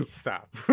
stop